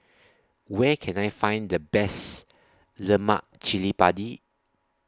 Where Can I Find The Best Lemak Cili Padi